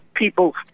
people